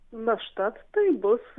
našta tai bus